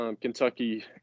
Kentucky